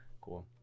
Cool